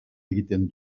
egiten